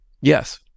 Yes